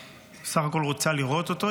היא בסך הכול רוצה לראות אותו,